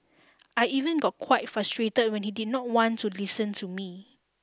I even got quite frustrated when he did not want to listen to me